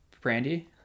Brandy